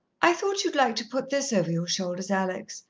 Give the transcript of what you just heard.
i thought you'd like to put this over your shoulders, alex,